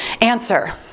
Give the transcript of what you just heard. answer